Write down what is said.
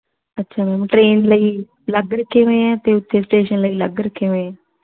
ਅੱਛਾ ma'am train ਲਈ ਅਲੱਗ ਰੱਖੇ ਹੋਏ ਹੈ ਅਤੇ ਉੱਥੇ ਸਟੇਸ਼ਨ ਲਈ ਅਲੱਗ ਰੱਖੇ ਹੋਏਂ